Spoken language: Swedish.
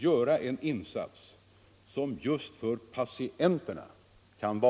En sådan insats är av värde just för patienterna.